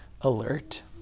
alert